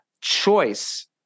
choice